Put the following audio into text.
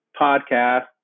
podcast